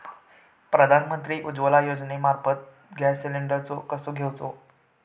प्रधानमंत्री उज्वला योजनेमार्फत gas cylinder कसो घेऊचो?